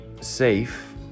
safe